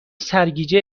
سرگیجه